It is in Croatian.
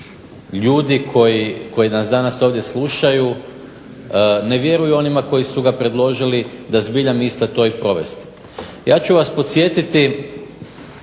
ljudi koji nas danas ovdje slušaju ne vjeruju onima koji su ga predložili da zbilja misle to i sprovesti. Ja ću vas podsjetiti